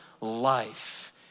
life